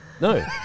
No